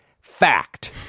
fact